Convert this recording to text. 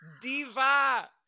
Diva